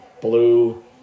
blue